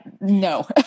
No